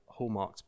hallmarked